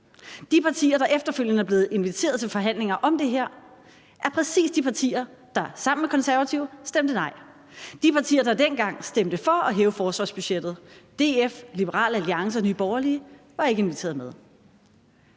De partier, der efterfølgende er blevet inviteret til forhandlinger om det her, er præcis de partier, der sammen med Konservative stemte nej. De partier, der dengang stemte for at hæve forsvarsbudgettet – DF, Liberal Alliance og Nye Borgerlige – var ikke inviteret med.